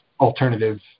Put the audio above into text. alternative